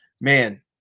man